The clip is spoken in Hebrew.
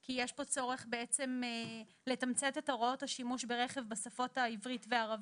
כי יש פה צורך בעצם לתמצת את הוראות השימוש ברכב בשפות העברית והערבית.